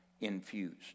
infused